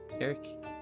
Eric